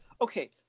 okay